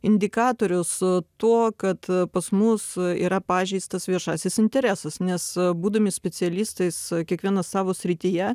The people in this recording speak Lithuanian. indikatorius to kad pas mus yra pažeistas viešasis interesas nes būdami specialistais kiekvienas savo srityje